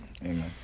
Amen